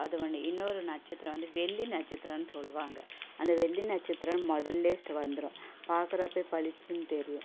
அது ஒன்று இன்னோரு நட்சத்திரம் வந்து வெள்ளி நட்சத்திரோன்னு சொல்லுவாங்க அந்த வெள்ளி நட்சத்திரம் மொதல்லேஸ்டு வந்துடும் பார்க்குறப்பே பளிச்சின்னு தெரியும்